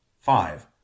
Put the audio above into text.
Five